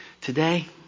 today